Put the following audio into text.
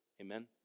Amen